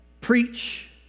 preach